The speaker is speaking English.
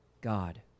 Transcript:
God